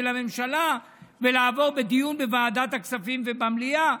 לממשלה ולעבור בדיון בוועדת הכספים ובמליאה.